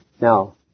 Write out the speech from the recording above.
Now